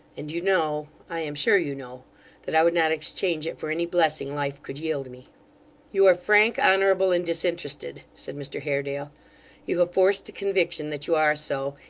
and you know i am sure you know that i would not exchange it for any blessing life could yield me you are frank, honourable, and disinterested said mr haredale you have forced the conviction that you are so,